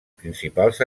principals